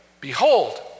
Behold